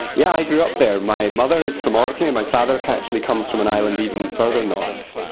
yeah i grew up there. my mother is from orkney and my father actually comes from an island even further north.